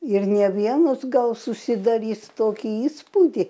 ir na vienas gal susidarys tokį įspūdį